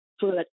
foot